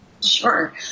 Sure